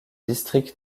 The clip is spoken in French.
district